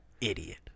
Idiot